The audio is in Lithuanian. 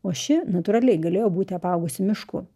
o ši natūraliai galėjo būti apaugusi mišku